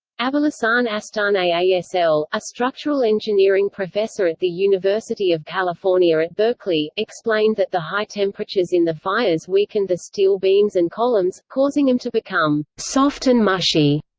abolhassan astaneh-asl, a structural engineering professor at the university of california at berkeley, explained that the high temperatures in the fires weakened the steel beams and columns, causing them to become soft and mushy,